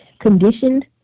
conditioned